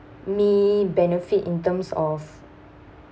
me benefit in terms of